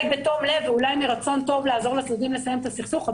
בתום לב ואולי מרצון טוב לעזור לצדדים לסיים את הסכסוך,